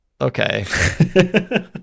Okay